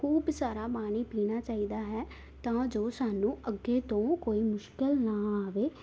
ਖੂਬ ਸਾਰਾ ਪਾਣੀ ਪੀਣਾ ਚਾਹੀਦਾ ਹੈ ਤਾਂ ਜੋ ਸਾਨੂੰ ਅੱਗੇ ਤੋਂ ਕੋਈ ਮੁਸ਼ਕਿਲ ਨਾ ਆਵੇ